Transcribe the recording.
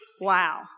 Wow